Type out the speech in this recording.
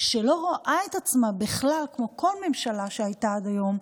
והיא לא רואה את עצמה בכלל כמו כל ממשלה שהייתה עד היום,